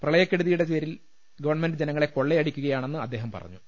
പ്രള യക്കെടുതിയുടെ പേരിൽ ഗവൺമെന്റ് ജനങ്ങളെ കൊള്ളയടിക്കു കയാണെന്ന് അദ്ദേഹം പറഞ്ഞു